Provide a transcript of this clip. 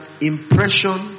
impression